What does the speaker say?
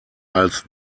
als